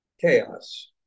chaos